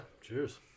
Cheers